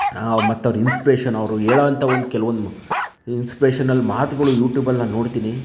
ನಾವು ಮತ್ತೆ ಅವರ ಇನ್ಸ್ಪಿರೇಷನ್ ಅವರು ಹೇಳೋವಂಥ ಒಂದು ಕೆಲವೊಂದು ಇನ್ಸ್ಪಿರೇಷನಲ್ ಮಾತುಗಳು ಯೂಟ್ಯೂಬ್ನಲ್ಲಿ ನಾನು ನೋಡ್ತೀನಿ